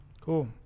Cool